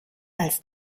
als